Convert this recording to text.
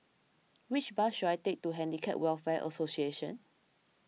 which bus should I take to Handicap Welfare Association